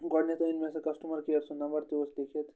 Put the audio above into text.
گۄڈٕنٮ۪تھ أنۍ مےٚ سُہ کَسٹَمَر کِیَر سُنٛد نمبر تہِ اوس لیٚکھِتھ